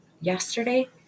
Yesterday